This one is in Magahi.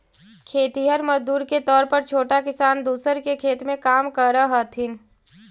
खेतिहर मजदूर के तौर पर छोटा किसान दूसर के खेत में काम करऽ हथिन